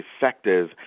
effective